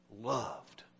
loved